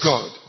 God